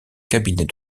cabinet